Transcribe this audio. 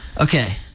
Okay